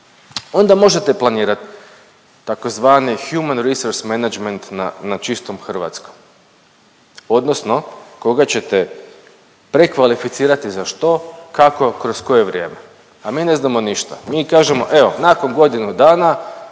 onda možete planirat tzv. …/Govornik se ne razumije./…na, na čistom hrvatskom odnosno koga ćete prekvalificirati za što, kako, kroz koje vrijeme, a mi ne znamo ništa. Mi kažemo evo nakon godinu dana